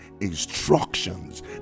instructions